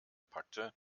packte